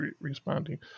responding